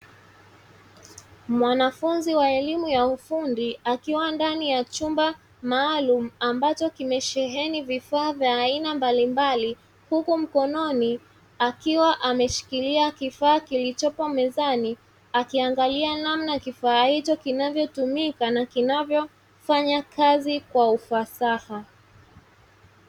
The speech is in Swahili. Mwanafunzi wa elimu ya ufundi, akiwa ndani ya chumba maalumu, ambacho kimesheheni vifaa vya aina mbalimbali, huku mkononi akiwa ameshikilia kifaa kilichopo mezani, akiangalia namna kifaa hicho kinavyotumika na kinavyofanya kazi kwa ufasaha.